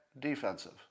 defensive